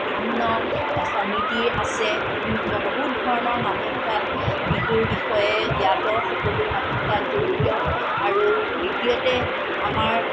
বিভিন্ন সমিতি আছে বহুত ধৰণৰ মানুহ তাত বিহু বিষয়ে জ্ঞাত সকলো মানুহ তাত জড়িত আৰু তৃতীয়তে আমাৰ